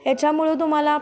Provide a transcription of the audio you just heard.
ह्याच्यामुळे तुम्हाला